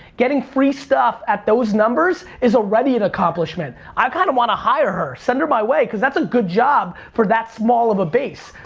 getting free stuff at those numbers is already an accomplishment. i kinda want to hire her, send her my way, cause that's a good job for that small of a base.